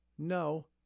No